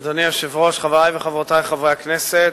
אדוני היושב-ראש, חברי וחברותי חברי הכנסת,